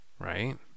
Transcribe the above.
right